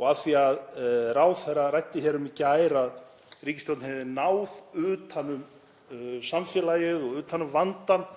Og af því að ráðherra ræddi hér um í gær að ríkisstjórnin hefði náð utan um samfélagið og utan um vandann